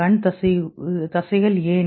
கண் தசைகள் ஏன்